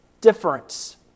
difference